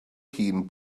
hun